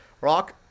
rock